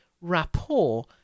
rapport